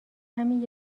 همین